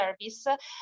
service